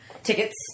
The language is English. Tickets